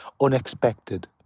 Unexpected